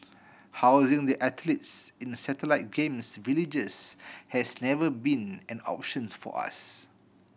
housing the athletes in the satellite Games Villages has never been an option for us